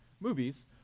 movies